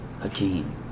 Hakeem